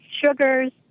sugars